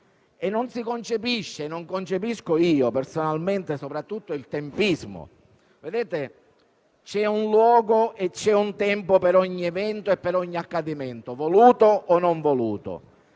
Non si concepisce - non lo concepisco personalmente neanch'io - soprattutto il tempismo. C'è un luogo e c'è un tempo per ogni evento e per ogni accadimento, voluto o non voluto.